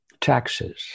taxes